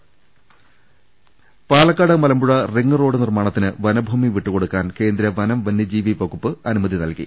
ട Palakkad Malampuzha ring road നിർമ്മാണത്തിന് വനഭൂമി വിട്ടു കൊടുക്കാൻ കേന്ദ്ര വനം വന്യജീവി വകുപ്പ് അനുമതി നൽകി